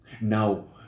now